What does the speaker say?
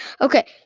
Okay